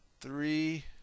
three